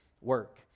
work